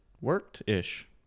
Worked-ish